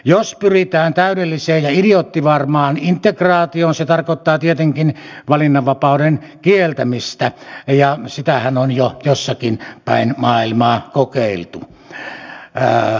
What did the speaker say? jos pyritään täydelliseen ja idioottivarmaan integraatioon tarkoittaa se tietenkin valinnanvapauden kieltämistä ja sitähän on jo jossakin päin maailmaa kokeiltu